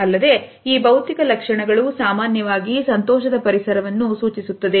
ಅಲ್ಲದೆ ಈ ಭೌತಿಕ ಲಕ್ಷಣಗಳು ಸಾಮಾನ್ಯವಾಗಿ ಸಂತೋಷದ ಪರಿಸರವನ್ನು ಸೂಚಿಸುತ್ತದೆ